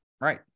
right